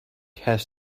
has